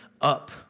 up